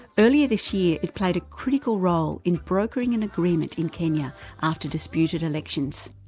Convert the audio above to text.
earlier this year it played a critical role in brokering an agreement in kenya after disputed elections.